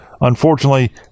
unfortunately